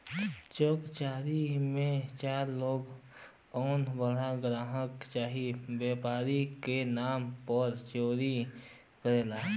check चोरी मे चोर लोग कउनो बड़ा ग्राहक चाहे व्यापारी के नाम पर चोरी करला